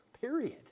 period